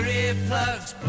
earplugs